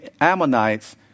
Ammonites